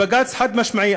בג"ץ אמר חד-משמעית,